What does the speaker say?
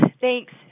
thanks